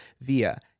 via